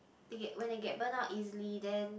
they get when they get burn out easily then